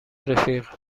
رفیق